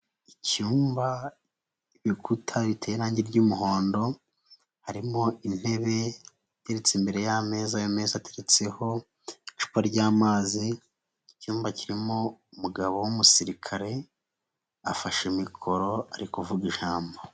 Icyumba ibikuta biteye irangi ry'umuhondo, harimo intebe iteretse imbere y'ameza, ayo meza ateretseho icupa ry'amazi, icyumba kirimo umugabo w'Umusirikare, afashe mikoro ari kuvuga ijambo.